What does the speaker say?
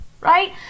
right